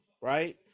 right